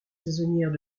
saisonnières